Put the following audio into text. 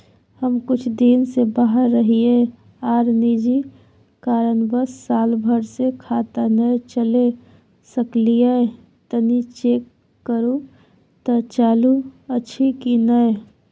हम कुछ दिन से बाहर रहिये आर निजी कारणवश साल भर से खाता नय चले सकलियै तनि चेक करू त चालू अछि कि नय?